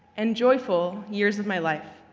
and joyful years of my life.